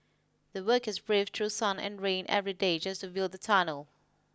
the workers braved through sun and rain every day just to build the tunnel